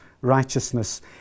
righteousness